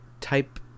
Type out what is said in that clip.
type